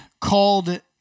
called